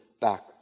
back